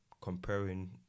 comparing